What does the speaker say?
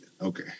Okay